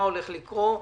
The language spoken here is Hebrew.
מה הולך לקרות.